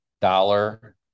dollar